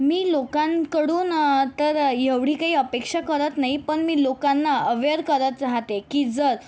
मी लोकांकडून तर एवढी काही अपेक्षा करत नाही पण मी लोकांना अवेअर करत राहते की जर